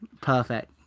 perfect